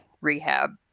rehab